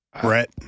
Brett